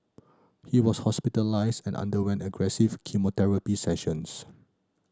he was hospitalised and underwent aggressive chemotherapy sessions